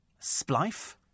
splife